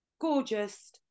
gorgeous